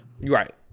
right